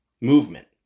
movement